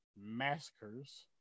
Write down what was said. massacres